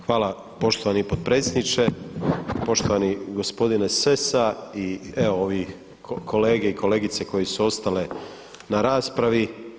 Hvala poštovani potpredsjedniče, poštovani gospodine Sessa i evo ovih kolege i kolegice koje su ostale na raspravi.